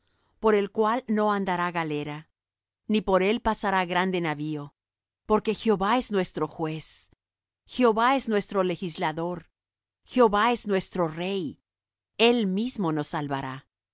por el cual no andará galera ni por él pasará grande navío porque jehová es nuestro juez jehová es nuestro legislador jehová es nuestro rey él mismo nos salvará tus